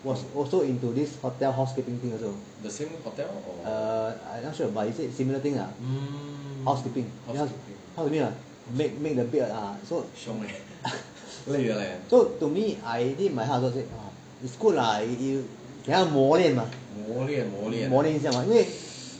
was also into this hotel housekeeping thing also err I'm not sure but he said similar thing ah housekeeping housekeeping what make the bed ah so so to me I deep in my heart also say is good lah 给他磨练 mah 磨练一下 mah 因为